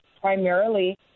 primarily